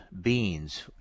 beans